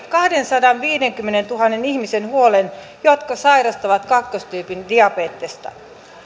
kahdensadanviidenkymmenentuhannen ihmisen huolen jotka sairastavat kakkostyypin diabetesta